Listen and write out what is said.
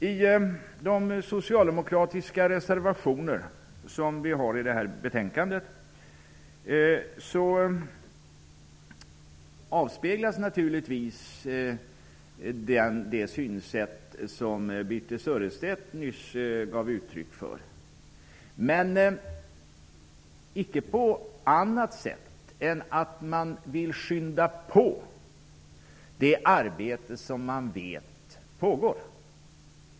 I de socialdemokratiska reservationerna i det här betänkandet avspeglas naturligtvis det synsätt som Birthe Sörestedt nyss gav uttryck för. Men det avspeglas icke på annat sätt än att Socialdemokraterna vill skynda på det arbete som de vet pågår.